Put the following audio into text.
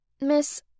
Miss